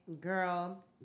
girl